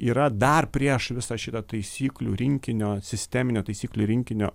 yra dar prieš visą šitą taisyklių rinkinio sisteminio taisyklių rinkinio